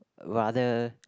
rather